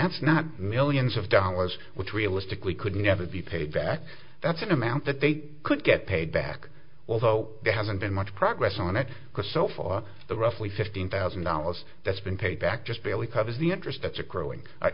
that's not millions of dollars which realistically could never be paid back that's an amount that they could get paid back although they haven't been much progress on it because so far the roughly fifteen thousand dollars that's been paid back just barely covers the interest that's a growing